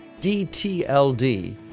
DTLD